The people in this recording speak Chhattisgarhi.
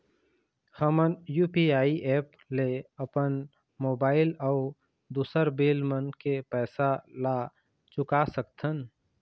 हमन यू.पी.आई एप ले अपन मोबाइल अऊ दूसर बिल मन के पैसा ला चुका सकथन